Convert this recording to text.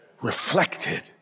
Reflected